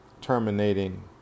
terminating